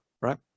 right